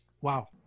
wow